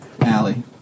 Allie